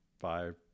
five